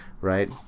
right